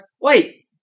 wait